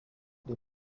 les